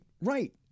Right